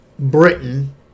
Britain